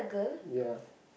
ya